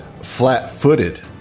flat-footed